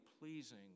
pleasing